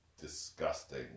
disgusting